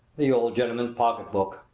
the old gentleman's pocketbook,